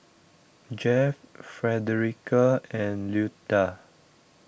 Jeff Frederica and Luetta